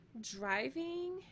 driving